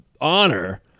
honor